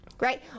Right